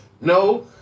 No